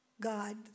God